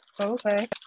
Okay